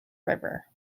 river